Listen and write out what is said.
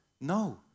No